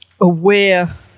aware